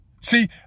See